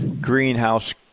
greenhouse